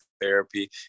therapy